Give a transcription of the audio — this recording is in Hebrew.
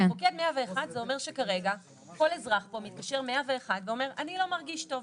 מוקד 101 זה אומר שכרגע כל אזרח פה מתקשר 101 ואומר 'אני לא מרגיש טוב'.